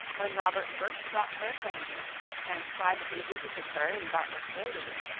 when robert first sought her acquaintance, and privately visited her in bartlett's buildings,